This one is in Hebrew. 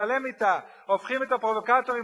ומצטלם אתה, הופכים את הפרובוקטורים לגיבורים?